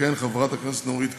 תכהן חברת הכנסת נורית קורן,